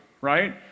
right